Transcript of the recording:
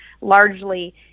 largely